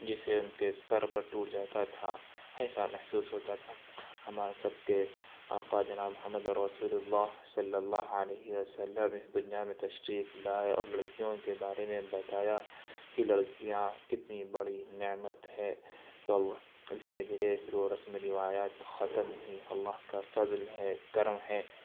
جسے ان کے سر پر ٹوٹ جاتا تھا ایسا محسوس ہوتا تھا ہم سب کے آقا جناب محمد رسول اللہ صلی علیہ وسلم اس دنیا میں تشریف لائے اور لڑکیوں کے بارے میں بتایا کہ لڑکیاں کتنی بڑی نعمت ہیں تو اللہ دھیرے دھیرے پھر وہ رسم و روایات ختم ہوئیں اللہ کا فضل ہے کرم ہے